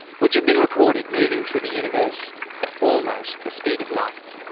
which have been recorded moving through the universe at almost the speed of light.